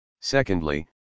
Secondly